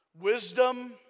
Wisdom